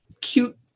cute